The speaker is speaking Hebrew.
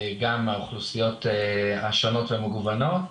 גם האוכלוסיות השונות והמגוונות.